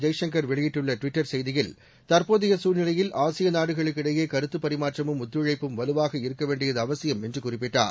ஜெய்சங்கர் வெளியிட்டுள்ள ட்விட்டர் செய்தியில் தற்போதைய சூழ்நிலையில் ஆசிய நாடுகளுக்கு இடையே கருத்துப் பரிமாற்றமும் ஒத்துழைப்பும் வலுவாக இருக்க வேண்டியது அவசியம் என்று குறிப்பிட்டார்